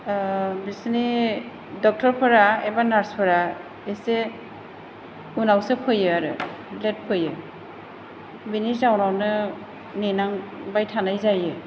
बिसोरनि डक्ट'रफोरा एबा नार्सफोरा एसे उनावसो फैयो आरो लेट फैयो बेनि जाहोनावनो नेनांबाय थानाय जायो